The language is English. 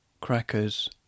Crackers